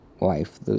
life